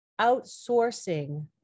outsourcing